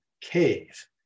cave